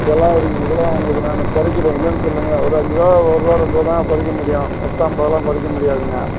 இதெல்லாம் இருக்குதுங்கூட உங்களுக்கு நான் குறைக்கிறேன் இல்லைன்னு சொல்லலைங்கய்யா ஒரு அஞ்சுருவா ஒருரூவா ரெண்ட்ருபாதான் குறைக்க முடியும் பத்து ஐம்பதுலாம் குறைக்க முடியாதுங்க